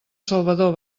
salvador